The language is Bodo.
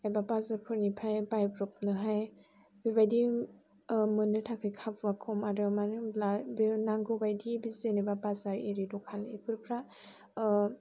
एबा बाजारफोरनिफ्राय बायब्र'बनो बेबायदि मोननो थाखाय खाबुआ खम आरो मानो होनोब्ला बे नांगौ बायदि जेनेबा बाजार बायदि दखान बेफोरो